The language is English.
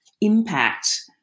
impact